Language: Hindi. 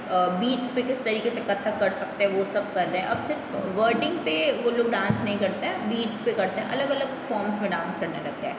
बीट्स पे किस तरीके से कत्थक कर सकते हैं वो सब कर रहे हैं अब सिर्फ वर्डिंग पे वो लोग डांस नहीं करते हैं बिट्स पे करते हैं अलग अलग फॉर्म्स में डांस करने लग गए हैं